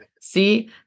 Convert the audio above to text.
see